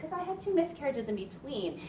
i had two miscarriages in between.